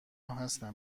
هستن